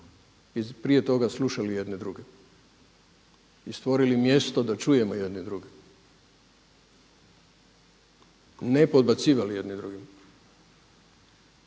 prije toga slušali jedne druge i stvorili mjesto da čujemo jedni druge, ne podbacivali jedni drugima,